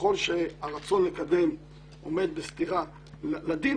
וככל שהרצון לקדם עומד בסתירה לדין,